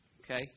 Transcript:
Okay